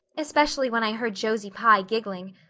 especially when i heard josie pye giggling.